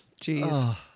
Jeez